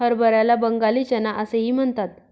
हरभऱ्याला बंगाली चना असेही म्हणतात